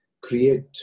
create